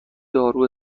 دارو